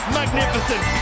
magnificent